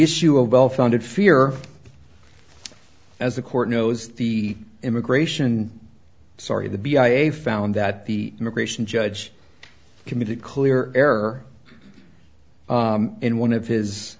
issue of well founded fear as the court knows the immigration sorry the b i a found that the immigration judge committed clear error in one of his